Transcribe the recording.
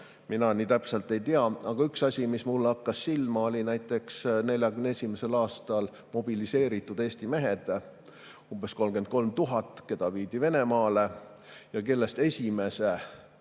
Mina nii täpselt ei tea, aga üks asi, mis mulle hakkas silma, oli näiteks 1941. aastal mobiliseeritud Eesti mehed, umbes 33 000, kes viidi Venemaale ja öeldi